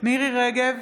מירי מרים רגב,